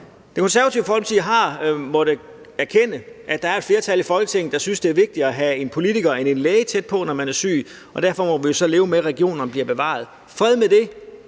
Det Konservative Folkeparti har måttet erkende, at der er et flertal i Folketinget, der synes, det er vigtigere at have en politiker end en læge tæt på, når man er syg. Derfor må vi jo så leve med, at regionerne bliver bevaret. Fred være med det.